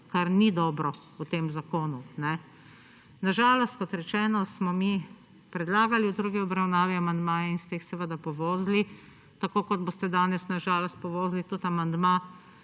kar ni dobro v tem zakonu. Na žalost kot rečeno smo mi predlagali v drugi obravnavi amandmaje in ste jih seveda povozili tako kot boste danes na žalost povozili tudi amandma,